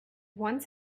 once